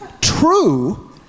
true